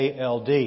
ALD